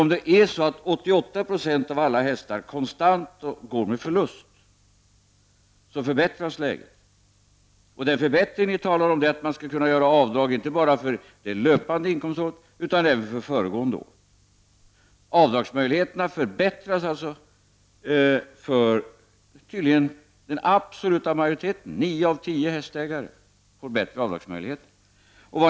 Om 88 20 av alla hästar konstant går med förlust förbättras faktiskt läget. Den förbättring vi talar om består i att man kan göra avdrag, inte bara för det löpande inkomståret utan även för föregående år. Avdragsmöjligheterna förbättras således tydligen för den absoluta majoriteten. 9 av 10 hästägare får bättre avdragsmöjligheter.